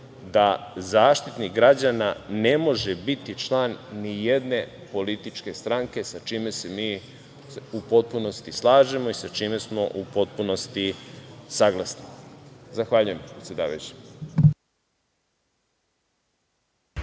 da Zaštitnika građana ne može biti član nijedne političke stranke, sa čime se mi u potpunosti slažemo i sa čime smo u potpunosti saglasni. Zahvaljujem predsedavajući.